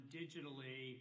digitally